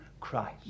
Christ